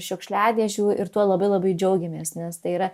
šiukšliadėžių ir tuo labai labai džiaugiamės nes tai yra